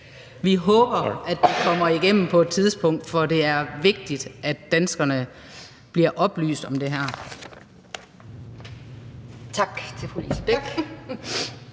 Jeg håber, at det kommer igennem på et tidspunkt, for det er vigtigt, at danskerne bliver oplyst om det her. Kl. 12:51 Anden